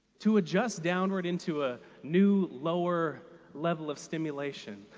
to adjust downward into a new, lower level of stimulation,